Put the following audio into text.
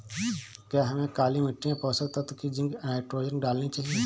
क्या हमें काली मिट्टी में पोषक तत्व की जिंक नाइट्रोजन डालनी चाहिए?